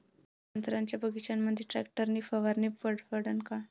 संत्र्याच्या बगीच्यामंदी टॅक्टर न फवारनी परवडन का?